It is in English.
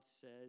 says